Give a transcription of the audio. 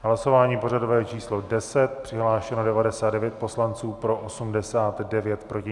Hlasování pořadové číslo 10, přihlášeno 99 poslanců, pro 89, proti nikdo.